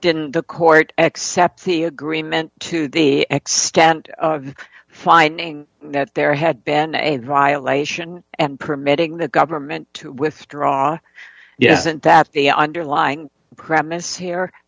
didn't the court accept the agreement to the ecstatic finding that there had been a violation and permitting the government to withdraw yes isn't that the underlying premise here